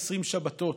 320 שבתות